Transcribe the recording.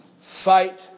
Fight